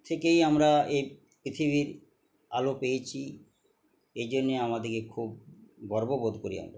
থেকেই আমরা এই পৃথিবীর আলো পেয়েছি এই জন্যে আমাদের খুব গর্ববোধ করি আমরা